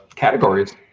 categories